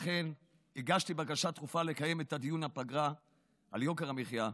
לכן הגשתי בקשה דחופה לקיים את דיון הפגרה על יוקר המחיה,